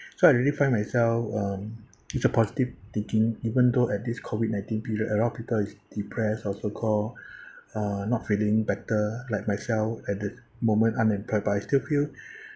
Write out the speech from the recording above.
so I really find myself um it's a positive thinking even though at this COVID nineteen period a lot of people is depressed or so-called uh not feeling better like myself at the moment I'm unemployed but I still feel